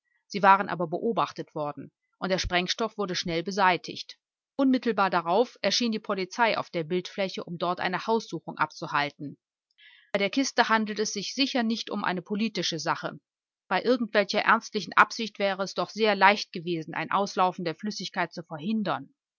sie waren aber beobachtet worden und der sprengstoff wurde schnell beseitigt unmittelbar darauf erschien die polizei auf der bildfläche um dort eine haussuchung abzuhalten bei der kiste handelt es sich sicher nicht um eine politische sache bei irgendwelcher ernstlichen absicht wäre es doch sehr leicht gewesen ein auslaufen der flüssigkeit zu verhindern